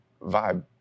vibe